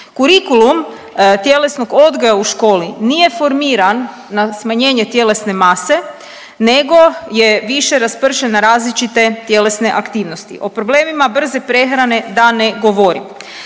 Kurikulum tjelesnog odgoja u školi nije formiran na smanjenje tjelesne mase nego je više raspršen na različite tjelesne aktivnosti, o problemima brze prehrane da ne govorim.